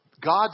God